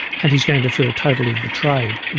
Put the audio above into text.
and he's going to feel totally betrayed.